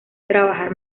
trabajar